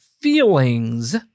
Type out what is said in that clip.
feelings